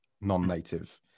non-native